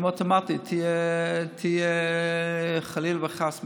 אם תהיה חלילה וחס מלחמה,